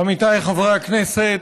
עמיתיי חברי הכנסת,